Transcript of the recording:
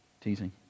teasing